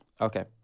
okay